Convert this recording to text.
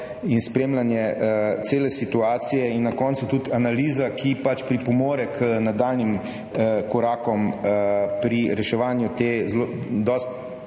in spremljanje cele situacije in na koncu tudi analiza, ki pač pripomore k nadaljnjim korakom pri reševanju te zelo